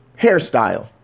hairstyle